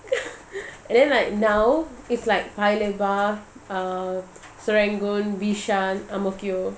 and then like now it's like paya lebar uh serangoon bishan ang mo kio